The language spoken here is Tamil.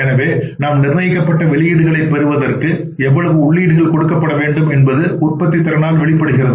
எனவே நாம் நிர்ணயிக்கப்பட்ட வெளியீடுகளை பெறுவதற்கு எவ்வளவு உள்ளீடுகள் கொடுக்கப்படவேண்டும் என்பது உற்பத்தித் திறனால் வெளிப்படுகிறது